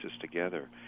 together